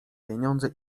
pieniądze